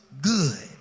good